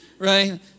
Right